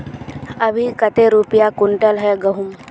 अभी कते रुपया कुंटल है गहुम?